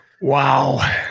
Wow